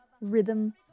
rhythm